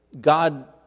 God